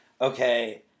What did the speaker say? okay